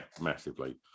massively